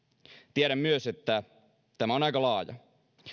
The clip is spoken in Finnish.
tiedän myös että tämä on aika laaja